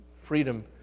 freedom